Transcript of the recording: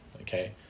Okay